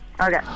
Okay